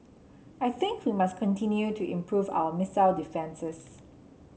I think we must continue to improve our missile defences